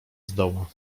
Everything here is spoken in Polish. zdoła